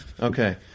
Okay